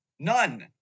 none